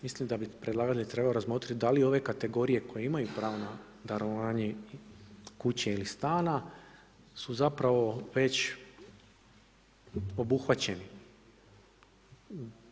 Mislim da bi predlagatelj trebao razmotriti da li ove kategorije koje imaju pravo na darovanje kuće ili stana su zapravo već obuhvaćeni.